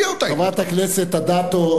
חברת הכנסת אדטו,